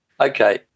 Okay